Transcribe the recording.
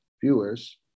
viewers